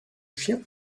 chien